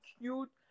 cute